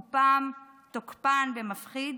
ופעם תוקפן ומפחיד?